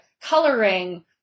coloring